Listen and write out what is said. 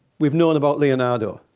we've known about leonardo.